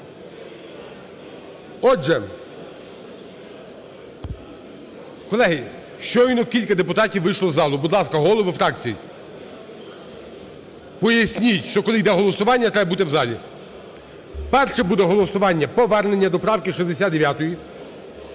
Отже, колеги, щойно кілька депутатів вийшло з зали. Будь ласка, голови фракцій, поясніть, що коли йде голосування треба бути в залі. Першим буде голосування - повернення до правки 69.